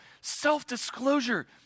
self-disclosure